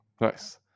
Nice